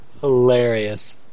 hilarious